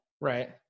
right